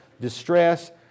distress